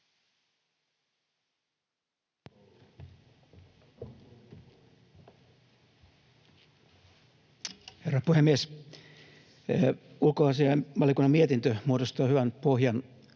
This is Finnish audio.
Herra puhemies! Ulkoasiainvaliokunnan mietintö muodostaa hyvän pohjan